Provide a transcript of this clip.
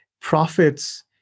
profits